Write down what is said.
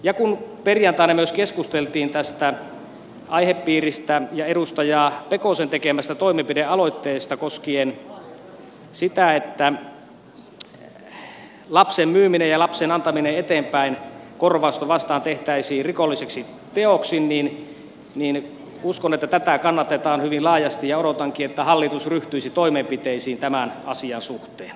ja kun perjantaina myös keskusteltiin tästä aihepiiristä ja edustaja pekosen tekemästä toimenpidealoitteesta koskien sitä että lapsen myyminen ja lapsen antaminen eteenpäin korvausta vastaan tehtäisiin rikolliseksi teoksi niin uskon että tätä kannatetaan hyvin laajasti ja odotankin että hallitus ryhtyisi toimenpiteisiin tämän asian suhteen